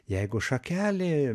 jeigu šakelė